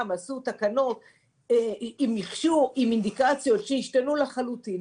עשו תקנות עם מכשור ואינדיקציות שהשתנו לחלוטין,